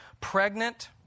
pregnant